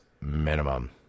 minimum